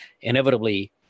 Inevitably